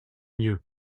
mieux